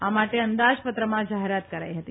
આ માટે અંદાજપત્રમાં જાહેરાત કરાઇ હતી